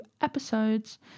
episodes